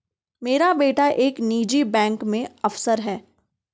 मेरा बेटा एक निजी बैंक में अफसर है